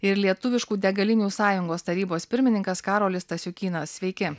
ir lietuviškų degalinių sąjungos tarybos pirmininkas karolis stasiukynas sveiki